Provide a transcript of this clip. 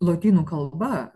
lotynų kalba